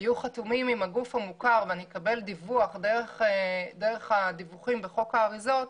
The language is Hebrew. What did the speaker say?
יהיו חתומים עם הגוף המוכר ואני אקבל דיווח דרך הדיווחים בחוק האריזות,